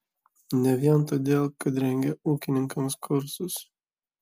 ne vien todėl kad rengia ūkininkams kursus